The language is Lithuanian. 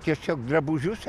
tiesiog drabužius